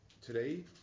today